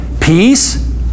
peace